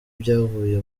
byavuye